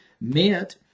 meant